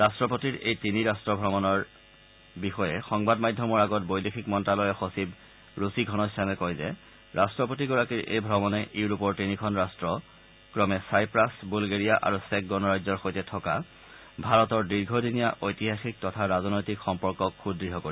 ৰাষ্ট্ৰপতিৰ এই তিনি ৰাষ্ট ভ্ৰমণৰ বিষয়াই সংবাদমাধ্যমৰ আগত বৈদেশিক মন্ত্যালয়ৰ সচিব ৰুচি ঘনশ্যামে কয় যে ৰট্টপতিগৰাকীৰ এই ভ্ৰমণে ইউৰোপৰ তিনিখন ৰাট্ট ক্ৰমে ছাইপ্ৰাছ বুলগেৰিয়া আৰু চেক গণৰাজ্যৰ সৈতে থকা ভাৰতৰ দীৰ্ঘদিনীয়া ঐতিহাসিক তথা ৰাজনৈতিক সম্পৰ্কক সুদ্ঢ় কৰিব